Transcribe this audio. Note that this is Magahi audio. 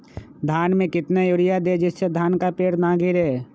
धान में कितना यूरिया दे जिससे धान का पेड़ ना गिरे?